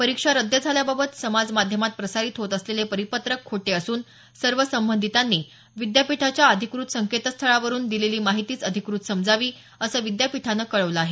परीक्षा रद्द झाल्याबद्दल समाज माध्यमात प्रसारीत होत असलेले परिपत्रक खोटे असून सर्व संबंधितांनी विद्यापीठाच्या अधिकृत संकेतस्थळावरून दिलेली माहितीच अधिकृत समजावी असं विद्यापीठानं कळवलं आहे